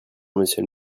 monsieur